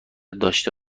داشته